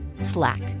Slack